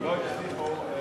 לא הצליחו.